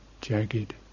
jagged